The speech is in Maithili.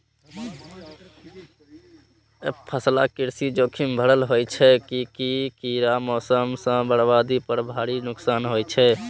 एकफसला कृषि जोखिम भरल होइ छै, कियैकि कीड़ा, मौसम सं बर्बादी पर भारी नुकसान होइ छै